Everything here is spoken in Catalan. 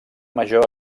major